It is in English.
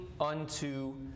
unto